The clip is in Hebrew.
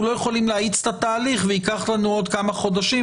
לא יכולים להאיץ את התהליך וייקחו לנו עוד כמה חודשים,